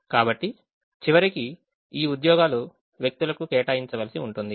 కాబట్టి చివరికి ఈ ఉద్యోగాలు వ్యక్తులకు కేటాయించవలసి ఉంటుంది